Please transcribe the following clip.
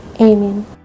Amen